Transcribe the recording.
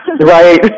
Right